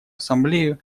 ассамблею